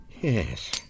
Yes